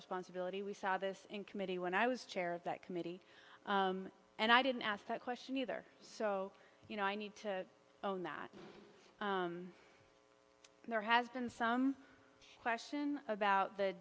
responsibility we saw this in committee when i was chair of that committee and i didn't ask that question either so you know i need to own that there has been some question about the